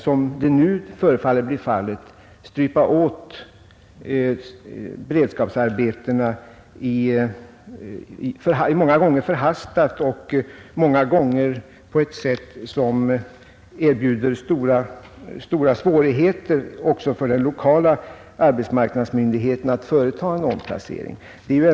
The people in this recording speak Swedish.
Som det nu ser ut måste annars många angelägna beredskapsarbeten upphöra eller begränsas, många gånger på ett sätt som gör det svårt även för den lokala arbetsmarknadsmyndigheten att företa en omplacering.